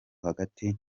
hagati